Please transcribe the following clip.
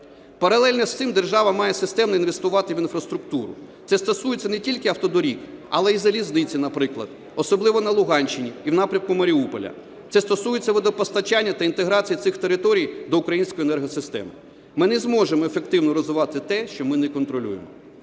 Паралельно з цим держава має системно інвестувати в інфраструктуру. Це стосується не тільки автодоріг, але і залізниці, наприклад, особливо на Луганщині і в напрямку Маріуполя. Це стосується водопостачання та інтеграції цих територій до української енергосистеми. Ми не зможемо ефективно розвивати те, що ми не контролюємо.